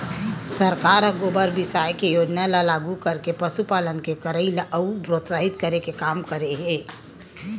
सरकार ह गोबर बिसाये के योजना ल लागू करके पसुपालन के करई ल अउ प्रोत्साहित करे के काम करे हे